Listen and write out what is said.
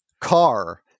car